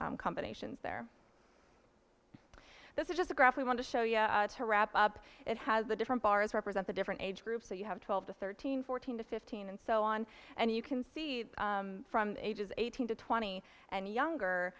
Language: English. three combinations there this is just a graph we want to show you to wrap up it has the different bars represent the different age groups so you have twelve to thirteen fourteen to fifteen and so on and you can see that from ages eighteen to twenty and younger